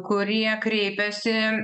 kurie kreipiasi